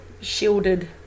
shielded